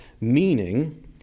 meaning